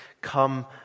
come